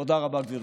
תודה רבה, גברתי.